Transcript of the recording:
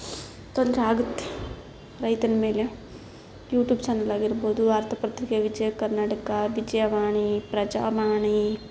ತೊಂದರೆ ಆಗುತ್ತೆ ರೈತನ ಮೇಲೆ ಯೂಟ್ಯೂಬ್ ಚಾನೆಲಾಗಿರ್ಬೋದು ವಾರ್ತಾಪತ್ರಿಕೆ ವಿಜಯ ಕರ್ನಾಟಕ ವಿಜಯವಾಣಿ ಪ್ರಜಾವಾಣಿ